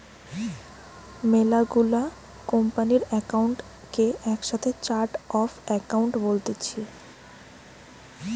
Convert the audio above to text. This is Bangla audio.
মেলা গুলা কোম্পানির একাউন্ট কে একসাথে চার্ট অফ একাউন্ট বলতিছে